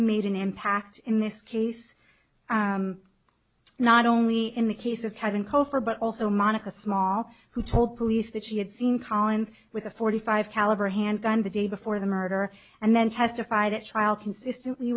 made an impact in this case not only in the case of kevin cofre but also monica small who told police that she had seen collins with a forty five caliber handgun the day before the murder and then testified at trial consistently